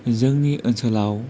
जोंनि ओनसोलाव